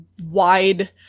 wide